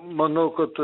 manau kad